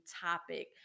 topic